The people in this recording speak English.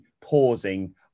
pausing